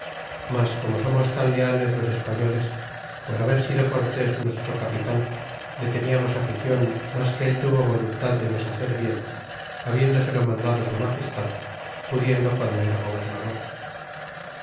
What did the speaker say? mas como somos tan leales los españoles por haber sido cortés nu estro capitan le teníamos aficion mas que él tuvo voluntad de nos hacer bien habiéndoselo mandado su magestad pudiendo quando era gobernador